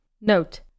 Note